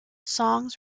songs